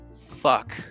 fuck